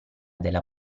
della